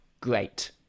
great